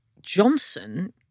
Johnson